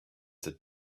the